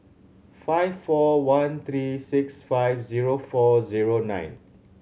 five four one three six five zero four zero nine